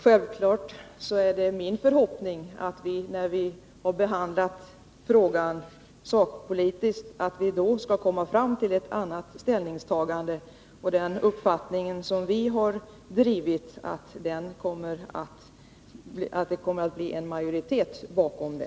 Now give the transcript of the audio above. Självfallet är det min förhoppning att vi, när vi har behandlat frågan sakpolitiskt, skall komma fram till ett annat ställningstagande — att det kommer att bli majoritet bakom den uppfattning som vi har drivit.